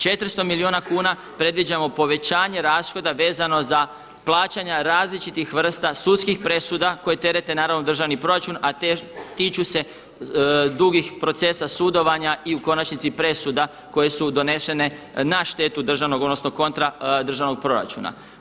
400 milijuna kuna predviđamo povećanje rashoda vezano za plaćanja različitih vrsta sudskih presuda koje terete naravno državni proračun, a tiču se dugih procesa sudovanja i u konačnici presuda koje su donešene na štetu državnog odnosno kontra državnog proračuna.